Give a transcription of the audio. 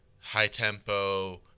high-tempo